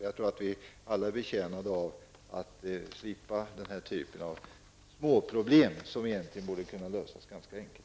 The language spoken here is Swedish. Jag tror att vi alla är betjänade av att slippa den här typen av småproblem, som egentligen borde kunna lösas ganska enkelt.